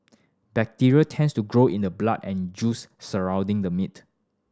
bacteria tends to grow in the blood and juice surrounding the meat